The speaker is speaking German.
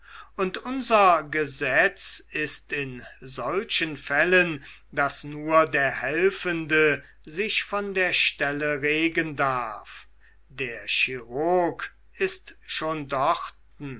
und unser gesetz ist in solchen fällen daß nur der helfende sich von der stelle regen darf der chirurg ist schon dorten